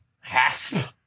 Hasp